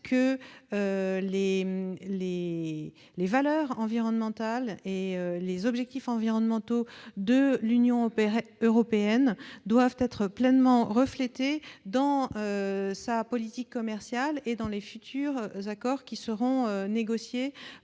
fait que les valeurs environnementales et les objectifs environnementaux de l'Union européenne doivent être pleinement reflétés dans sa politique commerciale et dans les futurs accords qui seront négociés